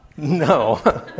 No